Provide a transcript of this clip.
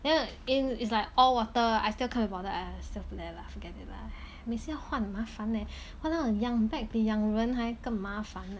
then li~ it's like all water I still can't be bothered !aiya! just put there lah forget it lah 每次要换很麻烦 leh !walao! 养 bag 比养人还更麻烦 leh